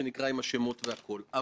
מסירת מידע כללית,